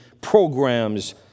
programs